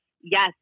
Yes